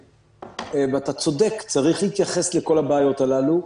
ואתה צודק, צריך להתייחס לכל הבעיות הללו.